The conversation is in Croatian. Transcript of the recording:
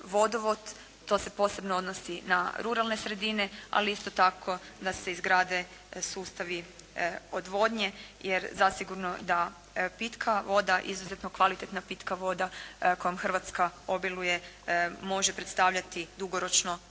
To se posebno odnosi na ruralne sredine, ali isto tako da se izgrade sustavi odvodnje jer zasigurno da pitka voda, izuzetno kvalitetna pitka voda kojom Hrvatska obiluje može predstavljati dugoročno našu